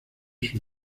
sus